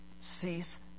cease